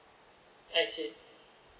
I see